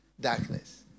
darkness